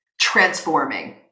transforming